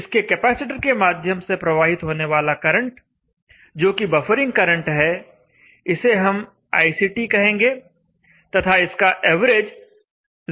इसके कैपेसिटर के माध्यम से प्रवाहित होने वाला करंट जो कि बफरिंग करंट है इसे हम icT कहेंगे तथा इसका एवरेज 0 होगा